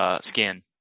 skin